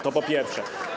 To po pierwsze.